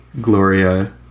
Gloria